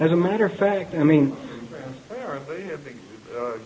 as a matter of fact i mean